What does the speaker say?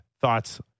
thoughts